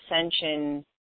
ascension